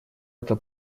это